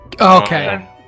Okay